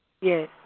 Yes